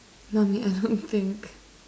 not me I don't think